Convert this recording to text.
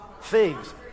Figs